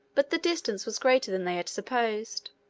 but the distance was greater than they had supposed.